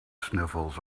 sniffles